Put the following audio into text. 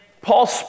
Paul